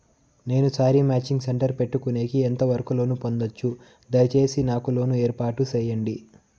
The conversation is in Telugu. నేను శారీ మాచింగ్ సెంటర్ పెట్టుకునేకి ఎంత వరకు లోను పొందొచ్చు? దయసేసి నాకు లోను ఏర్పాటు సేయండి?